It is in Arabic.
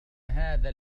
هذا